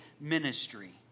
ministry